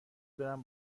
برم